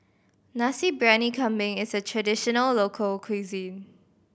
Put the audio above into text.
Nasi Briyani Kambing is a traditional local cuisine